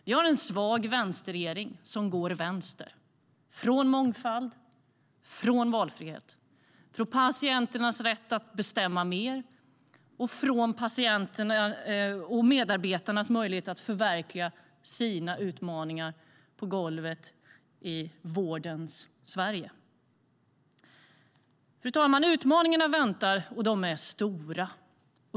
Vi har en svag vänsterregering som går vänsterut, från mångfald, från valfrihet och från patienternas rätt att bestämma mer och medarbetarnas möjligheter att förverkliga sina utmaningar på golvet i vårdens Sverige.Fru talman! Utmaningarna väntar, och de är stora.